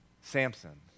Samson